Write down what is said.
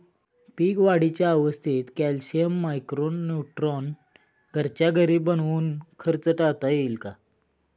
पीक वाढीच्या अवस्थेत calcium, micro neutron घरच्या घरी बनवून खर्च टाळता येईल का?